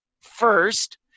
first